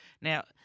Now